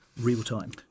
real-time